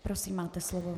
Prosím, máte slovo.